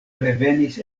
revenis